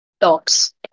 talks